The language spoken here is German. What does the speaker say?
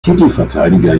titelverteidiger